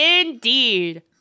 Indeed